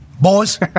Boys